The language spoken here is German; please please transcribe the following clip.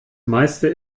meiste